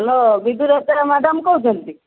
hello Bidulata madam କହୁଛନ୍ତି